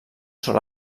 sol